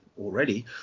already